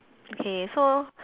okay so